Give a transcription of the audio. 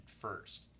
first